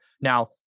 Now